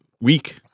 Week